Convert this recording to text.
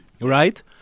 right